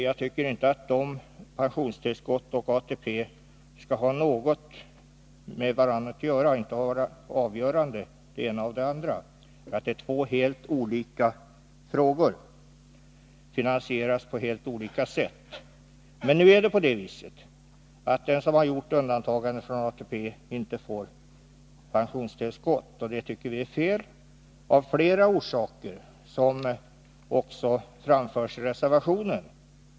Jag tycker inte att pensionstillskott och ATP skall ha någonting med varandra att göra, i varje fall inte någonting avgörande. Det är två helt olika frågor och finansieras på helt olika sätt. i Vid undantagande från ATP får alltså pensionären inte pensionstillskott. Det tycker vi är fel av flera skäl, något som också framförs i reservationen.